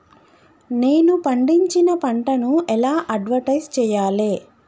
నేను పండించిన పంటను ఎలా అడ్వటైస్ చెయ్యాలే?